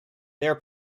their